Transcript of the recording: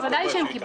קיבלו, ודאי שקיבלו.